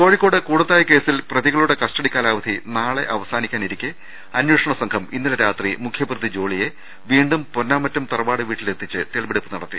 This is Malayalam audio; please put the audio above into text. കോഴിക്കോട് കൂടത്തായി കേസിൽ പ്രതികളുടെ കസ്റ്റഡി കാലാവധി നാളെ അവസാനിക്കാനിരിക്കെ അന്വേഷണ സംഘം ഇന്നലെ രാത്രി മുഖ്യപ്രതി ജോളിയെ വീണ്ടും പൊന്നാമറ്റം തറവാട് വീട്ടിലെത്തിച്ച് തെളിവെടുപ്പ് നട ത്തി